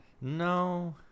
No